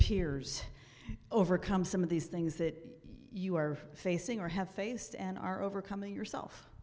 peers overcome some of these things that you are facing or have faced and are overcoming yourself